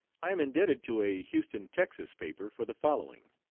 i am indebted to a houston texas, paper for the following